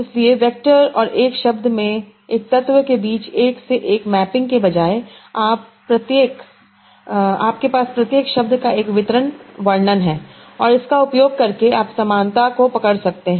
इसलिए वेक्टर और एक शब्द में एक तत्व के बीच एक से एक मैपिंग के बजाय आपके पास प्रत्येक शब्द का एक वितरित वर्णन है और इसका उपयोग करके आप समानता को पकड़ सकते हैं